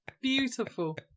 Beautiful